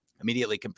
immediately